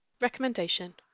Recommendation